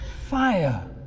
fire